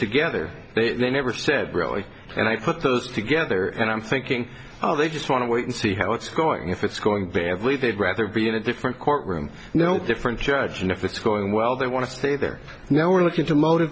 together but they never said roy and i put those together and i'm thinking they just want to wait and see how it's going if it's going badly they'd rather be in a different courtroom no different judge and if it's going well they want to stay there now we're looking for a motive